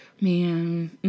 Man